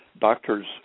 doctors